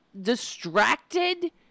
distracted